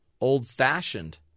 old-fashioned